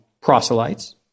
proselytes